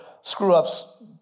screw-ups